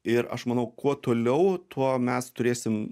ir aš manau kuo toliau tuo mes turėsim